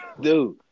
Dude